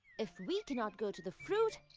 if we cannot go to the fruit,